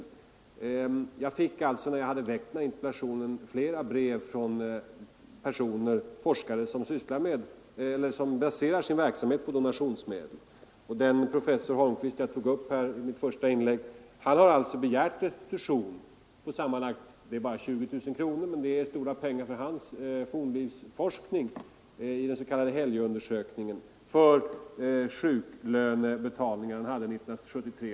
När jag väckte denna interpellation fick jag flera brev från forskare som baserar sin verksamhet på donationsmedel. Professor Holmqvist, som jag talade om i mitt första inlägg, hade alltså begärt restitution på sammanlagt 20 000 kronor — det är visserligen ett litet belopp, men det är stora pengar för hans fornlivsforskning — för de sjuklöneutbetalningar han gjort under år 1973.